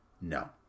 No